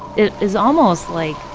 it is almost like